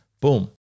boom